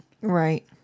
right